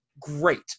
great